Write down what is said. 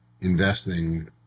investing